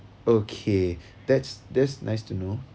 okay that's that's nice to know